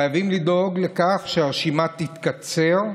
חייבים לדאוג לכך שהרשימה תתקצר,